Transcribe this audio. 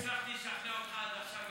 אם לא הצלחתי לשכנע אותך עד עכשיו,